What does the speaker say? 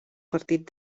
partit